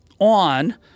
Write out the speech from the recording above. on